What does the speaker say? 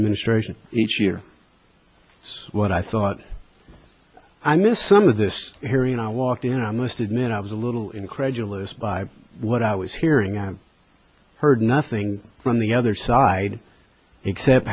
administration each year it's what i thought i missed some of this hearing i walked in i must admit i was a little incredulous by what i was hearing i heard nothing from the other side except